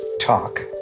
talk